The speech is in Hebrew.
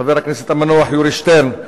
חבר הכנסת המנוח יורי שטרן,